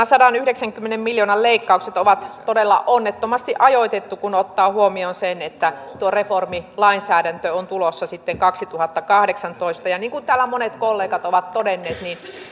sadanyhdeksänkymmenen miljoonan leikkaukset on todella onnettomasti ajoitettu kun ottaa huomioon sen että tuo reformilainsäädäntö on tulossa sitten kaksituhattakahdeksantoista ja niin kuin täällä monet kollegat ovat todenneet